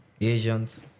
Asians